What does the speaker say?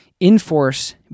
enforce